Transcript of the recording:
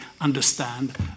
understand